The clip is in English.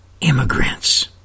immigrants